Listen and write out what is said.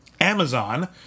Amazon